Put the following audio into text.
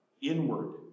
inward